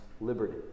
liberty